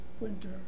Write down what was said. winter